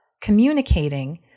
communicating